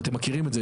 ואתם מכירים את זה,